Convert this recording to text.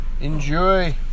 enjoy